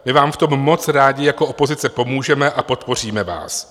My vám v tom moc rádi jako opozice pomůžeme a podpoříme vás.